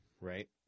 right